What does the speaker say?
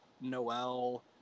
Noel